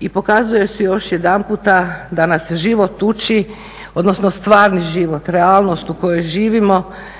i pokazuje se još jedanputa da nas život uči, odnosno stvarni život, realnost u kojoj živimo,